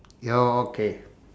ya okay